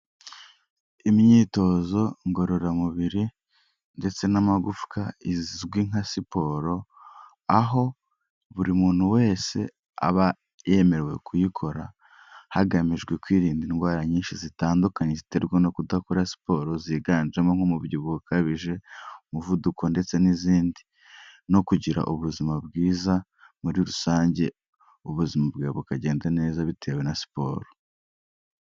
Imyitozo ngororamubiri ndetse n'amagufwa izwi nka siporo, aho buri muntu wese aba yemerewe kuyikora, hagamijwe kwirinda indwara nyinshi zitandukanye ziterwa no kudakora siporo ziganjemo: nk'umubyibuho ukabije, umuvuduko, ndetse n'izindi no kugira ubuzima bwiza muri rusange, ubuzima bwawe bukagenda neza bitewe na siporo.